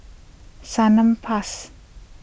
Salonpas